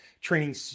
training